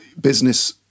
business